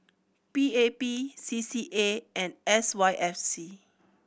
P A P C C A and S Y F C